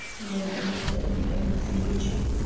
ललका मिरचाई में विटामिन सी होइ छइ